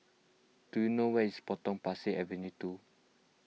do you know where is Potong Pasir Avenue two